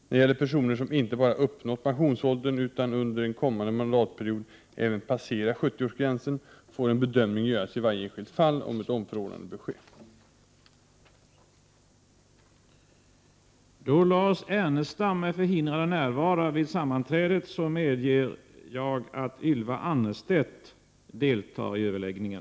När det gäller personer som inte bara uppnått pensionsåldern utan under en kommande mandatperiod även passerar 70-årsgränsen får en bedömning göras i varje enskilt fall om ett omförordnande bör ske. Då Lars Ernestam, som framställt frågan, anmält att han var förhindrad att närvara vid sammanträdet, medgav talmannen att Ylva Annerstedt i stället fick delta i överläggningen.